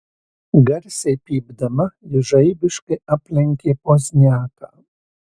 garsiai pypdama ji žaibiškai aplenkė pozniaką